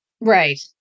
Right